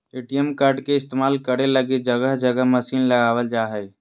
ATM card के इस्तेमाल करे लगी जगह जगह मशीन लगाबल जा हइ